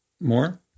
more